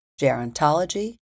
gerontology